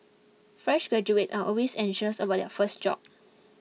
fresh graduates are always anxious about their first job